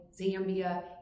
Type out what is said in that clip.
Zambia